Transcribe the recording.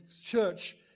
church